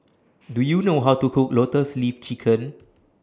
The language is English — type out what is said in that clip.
Do YOU know How to Cook Lotus Leaf Chicken